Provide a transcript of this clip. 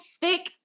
thick